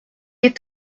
est